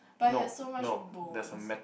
but have so much bones